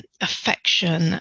affection